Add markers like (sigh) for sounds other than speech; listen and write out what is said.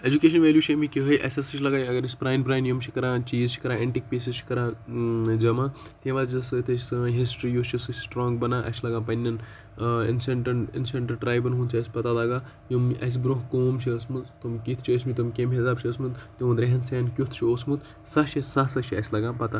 education value چھِ امِکۍ یِہے اَسہِ ہَسا چھُ لَگان اَگَرأسۍ پرٛانہِ پرٛانہِ یِم چھِ کَران چیٖز چھِ کَران ایٚنٹیٖک پیٖسِز چھُ کَران جَمَع تمہِ وَجہ سۭتۍ تہِ چھِ سٲنۍ ہِسٹری یُس چھِ سۄ چھِ سٹرانٛگ بَنان اَسہِ چھُ لَگان پَننٮ۪ن ایٚنشَنٹَن ایٚنشَنٹ ٹرایبَن ہُنٛد پَتہ لَگان یِم اَسہِ برونٛہہ قوم چھِ ٲسۍ مٕژ تِم کِتھ چھِ ٲسۍ مٕتۍ تِم کمہِ حِساب چھِ ٲسۍ مٕتۍ تِہُنٛد ریٚہن سیٚہن کیُتھ چھُ اوسمُت (unintelligible) چھُ اَسہِ لَگان پَتہ